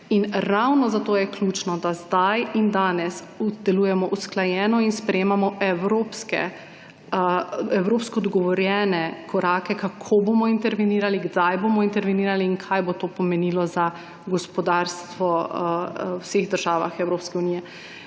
Ravno zato je ključno, da zdaj in danes delujemo usklajeno in sprejemamo evropsko dogovorjene korake, kako bomo intervenirali, kdaj bomo intervenirali in kaj bo to pomenilo za gospodarstvo v vseh državah Evropske unije.